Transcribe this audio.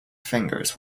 fingers